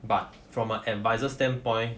but from an adviser standpoint